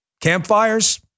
Campfires